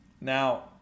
Now